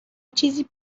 چیزی